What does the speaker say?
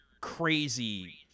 crazy